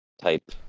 type